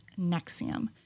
Nexium